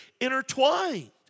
intertwined